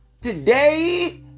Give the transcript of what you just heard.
today